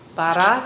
para